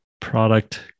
product